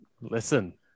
Listen